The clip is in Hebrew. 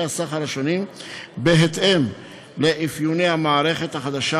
הסחר השונים בהתאם לאפיוני המערכת החדשה.